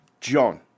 John